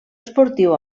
esportiu